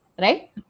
Right